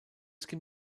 can